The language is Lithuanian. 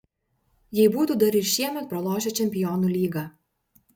jei būtų dar ir šiemet pralošę čempionų lygą